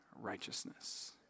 righteousness